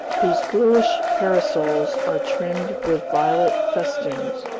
whose bluish parasols are trimmed with violet festoons.